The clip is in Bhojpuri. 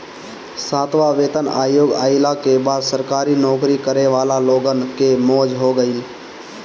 सातवां वेतन आयोग आईला के बाद सरकारी नोकरी करे वाला लोगन के मौज हो गईल